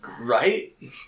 Right